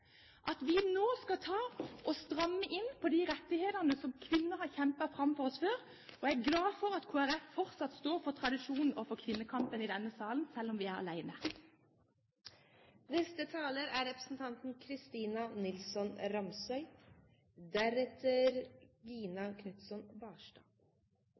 at vi nå skal stramme inn på de rettighetene som kvinner har kjempet fram for oss før. Jeg er glad for at Kristelig Folkeparti fortsatt står for tradisjonen og kvinnekampen i denne salen, selv om vi er alene. Representanten Hofstad Helleland hadde et angrep på regjeringen som jeg synes det er